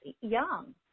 young